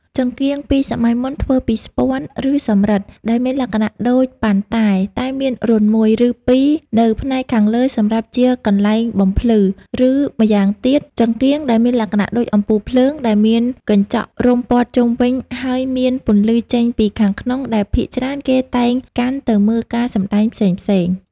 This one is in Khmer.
ចង្កៀងពីសម័យមុនធ្វើពីស្ពាន់ ឬសំរិទ្ធ ដែលមានលក្ខណៈដូចប៉ាន់តែ តែមានរន្ធមួយ ឬពីរនៅផ្នែកខាងលើសម្រាប់ជាកន្លែងបំភ្លឺ ឬម្យ៉ាងទៀតចង្កៀងដែលមានលក្ខណៈដូចអំពូលភ្លើងដែលមានកញ្ចក់រុំព័ទ្ធជុំវិញហើយមាន ពន្លឺចេញពីខាងក្នុងដែលភាគច្រើនគេតែងកាន់ទៅមើលការសម្តែងផ្សេងៗ។